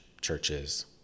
churches